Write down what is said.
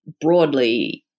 broadly